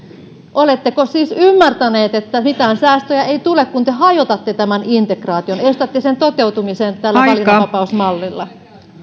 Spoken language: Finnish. oletteko siis ymmärtäneet että mitään säästöjä ei tule kun te hajotatte tämän integraation estätte sen toteutumisen tällä valinnanvapausmallilla